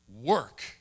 work